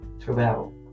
throughout